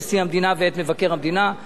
בסיבוב הראשון מתמודדים כולם.